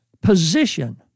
position